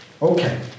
Okay